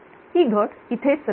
ही घट इथेच राहील